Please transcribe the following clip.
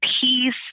peace